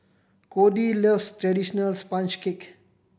Codey loves traditional sponge cake